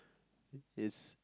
is